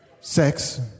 sex